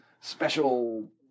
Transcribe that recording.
special